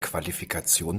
qualifikation